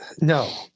No